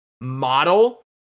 model